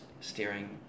steering